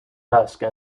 basque